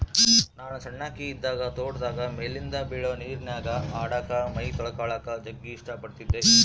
ನಾನು ಸಣ್ಣಕಿ ಇದ್ದಾಗ ತೋಟದಾಗ ಮೇಲಿಂದ ಬೀಳೊ ನೀರಿನ್ಯಾಗ ಆಡಕ, ಮೈತೊಳಕಳಕ ಜಗ್ಗಿ ಇಷ್ಟ ಪಡತ್ತಿದ್ದೆ